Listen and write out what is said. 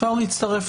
ממשרד